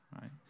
right